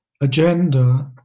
agenda